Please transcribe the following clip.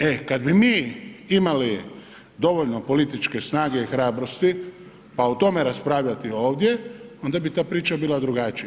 E kada bi mi imali dovoljno političke snage i hrabrosti pa o tome raspravljati ovdje onda bi ta priča bila drugačija.